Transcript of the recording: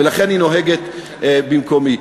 ולכן היא נוהגת במקומי.